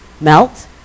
melt